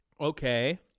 Okay